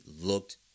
looked